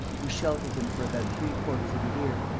who sheltered him for about three quarters of a year,